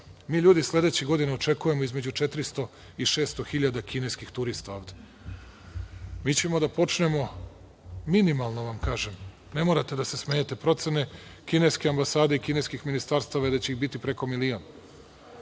Mi ljudi sledeće godine očekujemo između 400 i 600 hiljada kineskih turista ovde. Mi ćemo da počnemo, minimalno vam kažem, ne morate da se smejete, procene kineske ambasade i kineskih ministarstava da će ih biti preko milion.